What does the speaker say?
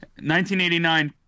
1989